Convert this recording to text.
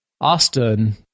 Austin